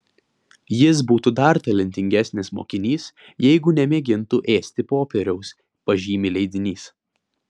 jis būtų dar talentingesnis mokinys jeigu nemėgintų ėsti popieriaus pažymi leidinys